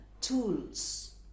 tools